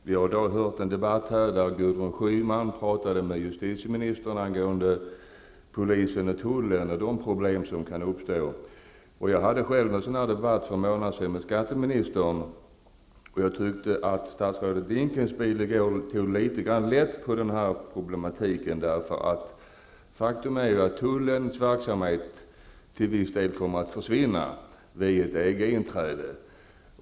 Vi har i dag hört en debatt där Gudrun Schyman talade med justitieministern om polisen och tullen och de problem som kan uppstå där. Jag hade själv en sådan debatt för en månad sedan med skatteministern. Jag tycker att statsrådet Dinkelspiel tar litet grand lätt på problemet. Faktum är att tullens verksamhet till viss del kommer att försvinna vid ett EG-inträde.